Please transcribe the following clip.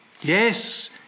Yes